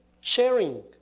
sharing